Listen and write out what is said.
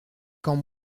quand